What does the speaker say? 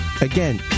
Again